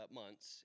months